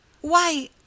Why